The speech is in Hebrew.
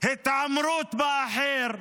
התעמרות באחר.